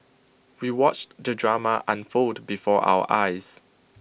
we watched the drama unfold before our eyes